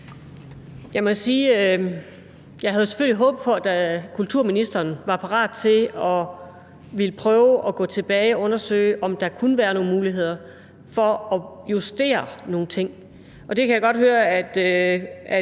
jeg selvfølgelig havde håbet på, at kulturministeren var parat til at prøve at gå tilbage og undersøge, om der kunne være nogle muligheder for at justere nogle ting.